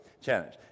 challenge